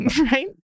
Right